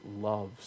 loves